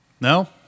No